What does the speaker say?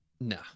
No